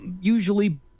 usually